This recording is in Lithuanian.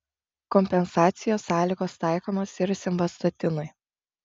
kompensacijos sąlygos taikomos ir simvastatinui